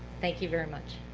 thank you very much.